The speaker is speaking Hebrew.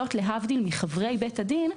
וזאת להבדיל מחברי בית הדין,